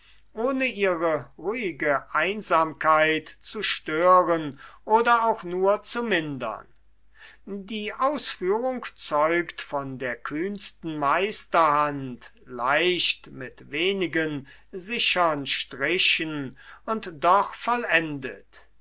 ohne ihre ruhige einsamkeit zu stören oder auch nur zu mindern die ausführung zeugt von der kühnsten meisterhand leicht mit wenigen sichern strichen und doch vollendet